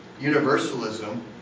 universalism